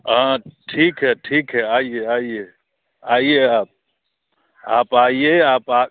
हाँ ठीक है ठीक है आइए आइए आइए आप आप आइए आप आ